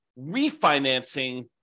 refinancing